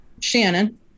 shannon